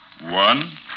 One